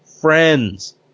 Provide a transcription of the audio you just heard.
friends